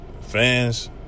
Fans